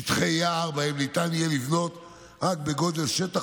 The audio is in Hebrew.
שטחי יער שבהם ניתן יהיה לבנות רק בגודל שטח